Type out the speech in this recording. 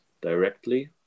directly